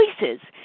choices